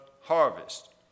Harvest